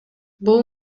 бул